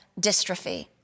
dystrophy